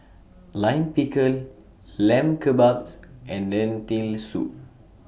Lime Pickle Lamb Kebabs and Lentil Soup